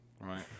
right